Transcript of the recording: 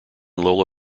lola